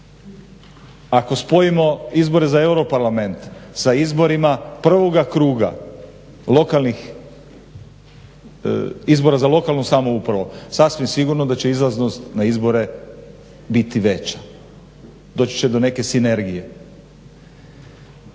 ako spojimo izbore za Euro parlamente s izborima prvoga kruga lokalnih izbora, izbora za lokalnu samoupravu sasvim sigurno da će izlaznost na izbore biti veća. Doći će do neke sinergije.